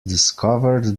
discovered